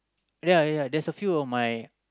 ya ya there's a few of my